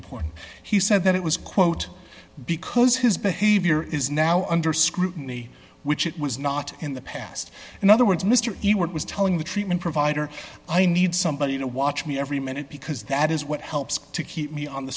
important he said that it was quote because his behavior is now under scrutiny which it was not in the past in other words mr ewart was telling the treatment provider i need somebody to watch me every minute because that is what helps to keep me on the